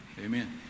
amen